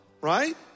Right